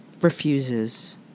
refuses